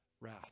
wrath